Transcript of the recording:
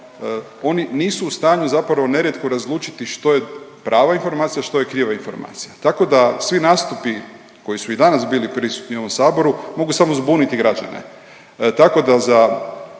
oni nisu u stanju zapravo nerijetko razlučiti što je prava informacija, što je kriva informacija. Tako da svi nastupi koji su i danas bili prisutni u ovom saboru, mogu samo zbuniti građane.